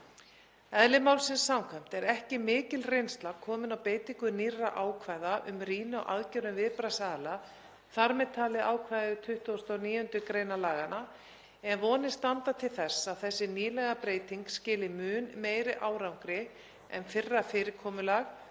Eðli málsins samkvæmt er ekki mikil reynsla komin á beitingu nýrra ákvæða um rýni á aðgerðum viðbragðsaðila, þ.m.t. ákvæði 29. gr. laganna, en vonir standa til þess að þessi nýlega breyting skili mun meiri árangri en fyrra fyrirkomulag